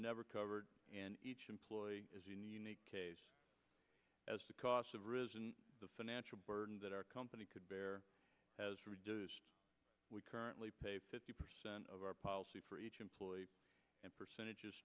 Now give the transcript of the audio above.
never covered and each employee is unique as the cost of risen the financial burden that our company could bear has reduced we currently pay fifty percent of our policy for each employee and percentage